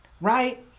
right